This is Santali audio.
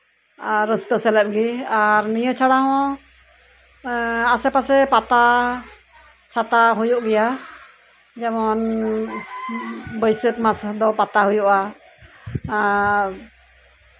ᱨᱟᱹᱥᱠᱟᱹ ᱥᱮᱞᱮᱫ ᱜᱮ ᱟᱨ ᱱᱤᱭᱟᱹ ᱪᱷᱟᱲᱟ ᱦᱚᱸ ᱮᱜ ᱟᱥᱮᱯᱟᱥᱮ ᱯᱟᱛᱟᱼᱪᱷᱟᱛᱟ ᱦᱩᱭᱩᱜ ᱜᱮᱭᱟ ᱡᱮᱢᱚᱱ ᱵᱟᱹᱭᱥᱟᱹᱠᱷ ᱢᱟᱥ ᱫᱚ ᱯᱟᱛᱟ ᱦᱩᱭᱩᱜᱼᱟ ᱟᱨ